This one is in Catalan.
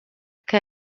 que